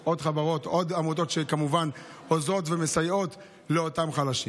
יש עוד חברות ועמותות שמסייעות לאותם חלשים.